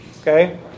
Okay